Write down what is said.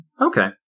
okay